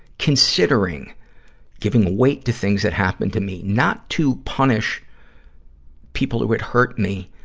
considering giving weight to things that happened to me, not to punish people who had hurt me,